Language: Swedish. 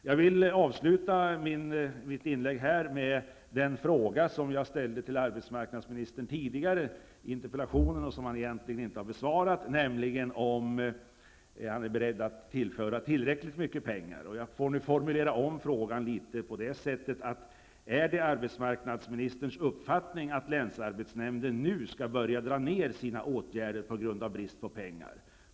Jag vill avsluta mitt inlägg här med den fråga som jag ställde till arbetsmarknadsministern tidigare, i interpellationen, och som han inte har besvarat, nämligen om han är beredd att tillföra tillräckligt mycket pengar. Jag får nu formulera om frågan så här: Är det arbetsmarknadsministerns uppfattning att länsarbetsnämnden nu skall börja dra ner sina åtgärder på grund av brist på pengar?